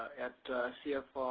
at cfr